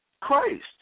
Christ